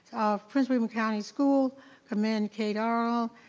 prince william county school commend kate arnold,